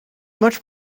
much